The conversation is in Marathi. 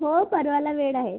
हो परवाला वेळ आहे